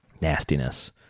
nastiness